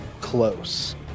close